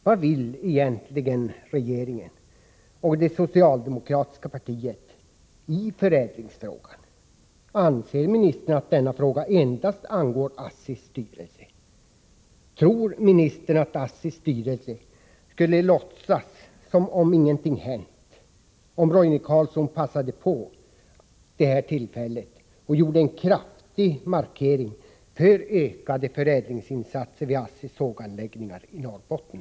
Vad vill egentligen regeringen och det socialdemokratiska partiet i förädlingsfrågan? Anser ministern att denna fråga endast angår ASSI:s styrelse? Tror ministern att ASSI:s styrelse skulle låtsas som om ingenting hänt om Roine Carlsson passade på det här tillfället och gjorde en kraftig markering för ökade förädlingsinsatser vid ASSI:s såganläggningar i Norrbotten?